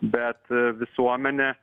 bet visuomenė